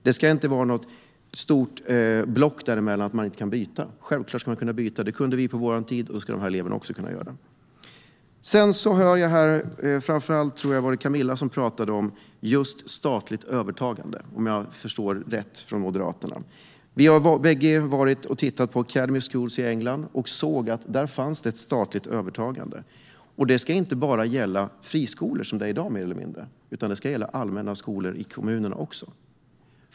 Det ska inte vara någon mur mellan nivåerna så att man inte kan byta. Självklart ska man kunna byta. Det kunde vi på vår tid, och då ska dagens elever också kunna göra det. Camilla från Moderaterna pratade om statligt övertagande, om jag förstår det rätt. Vi har båda besökt Academy Schools i England. Där fanns det ett statligt övertagande. Det ska inte bara gälla friskolor som i dag, utan det ska också gälla allmänna skolor i kommunerna.